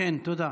תודה.